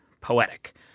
poetic